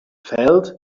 felt